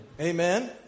Amen